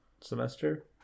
semester